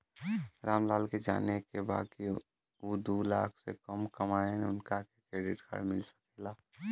राम लाल के जाने के बा की ऊ दूलाख से कम कमायेन उनका के क्रेडिट कार्ड मिल सके ला?